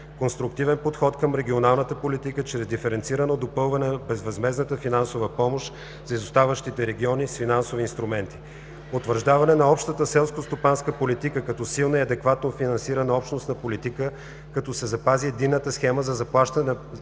конструктивен подход към регионалната политика чрез диференцирано допълване на безвъзмездната финансова помощ за изоставащите региони с финансови инструменти; - утвърждаване на Общата селскостопанска политика като силна и адекватно финансирана общностна политика, като се запази единната схема за плащане на